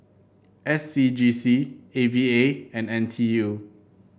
S C G C A V A and N T U